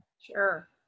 Sure